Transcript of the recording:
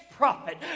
prophet